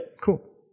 cool